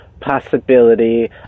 possibility